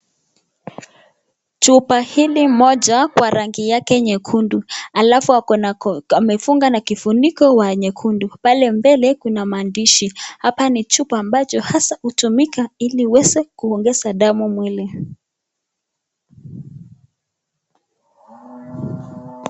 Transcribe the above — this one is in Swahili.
Chupa hili moja kwa rangi yake nyekundu alafu amefunga na kifuniko wa nyekundu. Pale mbele kuna maandishi. Hapa ni chupa ambacho hasa hutumika ili iweza kuongeza damu mwili.